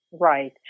Right